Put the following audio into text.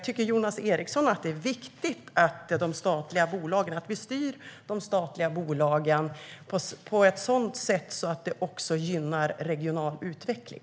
Tycker Jonas Eriksson att det är viktigt att vi styr de statliga bolagen på ett sådant sätt att det också gynnar regional utveckling?